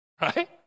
right